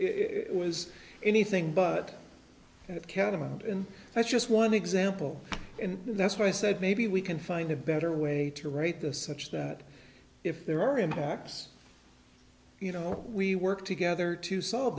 it was anything but it kept him out and that's just one example and that's why i said maybe we can find a better way to write this such that if there are impacts you know we work together to solve